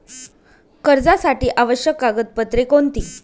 कर्जासाठी आवश्यक कागदपत्रे कोणती?